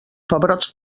pebrots